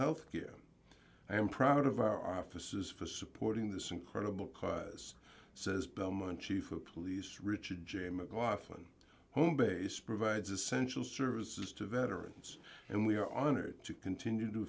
health care i am proud of our offices for supporting this incredible cause says billman chief of police richard j mcglothlin home base provides essential services to veterans and we are honored to continue to